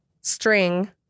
String